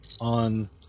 on